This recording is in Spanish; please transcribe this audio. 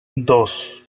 dos